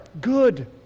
good